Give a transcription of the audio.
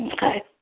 Okay